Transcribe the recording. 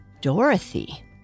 Dorothy